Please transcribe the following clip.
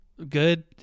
good